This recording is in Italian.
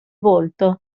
volto